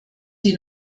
die